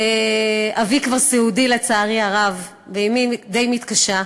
אבי כבר סיעודי, לצערי הרב, ואמי די מתקשה.